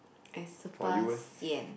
I super sian